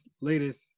latest